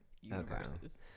universes